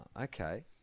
okay